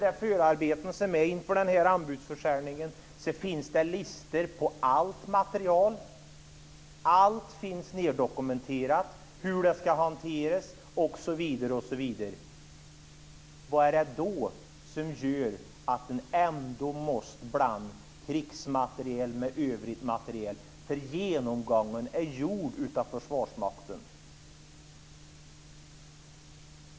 I förarbetena för den här anbudsförsäljningen finns det listor på allt material, allt finns dokumenterat, hur det ska hanteras, osv. Vad är det då som gör att man ändå måste blanda ihop krigsmateriel med övrig materiel? Genomgången är ju gjord av Försvarsmakten.